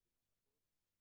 הדברים שמופרטים כאן.